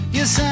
Yes